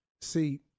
See